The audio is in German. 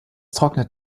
trocknet